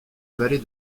vallée